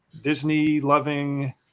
Disney-loving